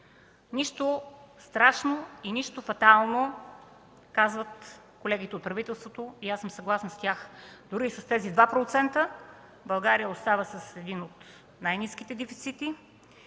Нищо страшно и нищо фатално – казват колегите от правителството, и аз съм съгласна с тях. Дори с тези 2% България остава с един от най-ниските дефицити